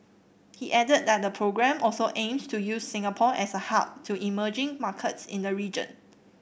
he added that the programme also aims to use Singapore as a hub to emerging markets in the region